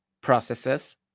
processes